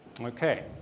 Okay